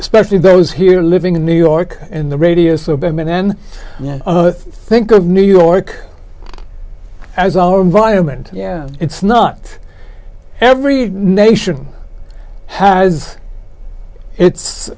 especially those here living in new york and the radio so been then yeah i think of new york as our environment yeah it's not every nation has it